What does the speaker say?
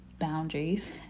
boundaries